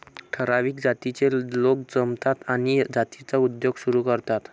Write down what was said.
ठराविक जातीचे लोक जमतात आणि जातीचा उद्योग सुरू करतात